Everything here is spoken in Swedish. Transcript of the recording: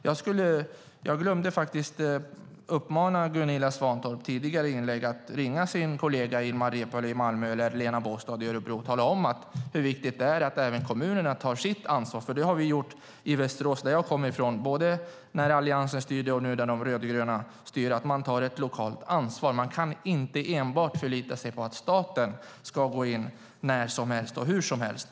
Jag glömde i tidigare inlägg uppmana Gunilla Svantorp att ringa sina kolleger Ilmar Reepalu i Malmö och Lena Båstad i Örebro och tala om hur viktigt det är att även kommunerna tar sitt ansvar. Det har vi gjort i Västerås, som jag kommer från, både när Alliansen styrde och nu när de rödgröna styr. Man tar ett lokalt ansvar. Man kan inte enbart förlita sig på att staten ska gå in när som helst och hur som helst.